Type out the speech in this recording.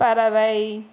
பறவை